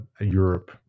Europe